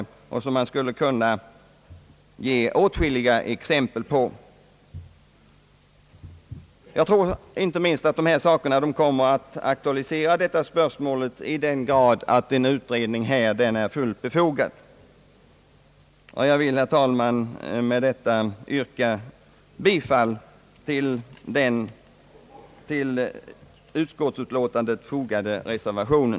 Man skulle kunna ge åtskilliga exempel därpå. Jag tror därför att de spörsmål som tagits upp i motionerna kommer att aktualiseras i så hög grad att en utredning är fullt befogad. Herr talman! Med detta vill jag yrka bifall till den vid utskottsutlåtandet fogade reservationen.